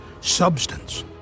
substance